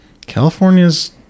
California's